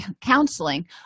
counseling